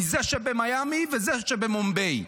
מזה שבמיאמי לזה שבמומביי.